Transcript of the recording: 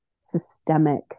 systemic